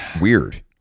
weird